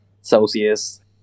Celsius